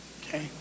Okay